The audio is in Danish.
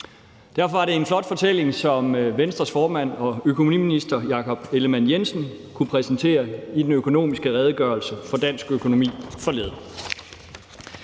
Derfor er det en flot fortælling, som Venstres formand og økonomiminister Jakob Ellemann-Jensen kunne præsentere i den økonomiske redegørelse for dansk økonomi forleden.